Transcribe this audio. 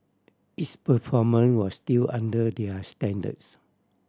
its performance was still under their standards